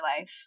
life